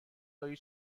داری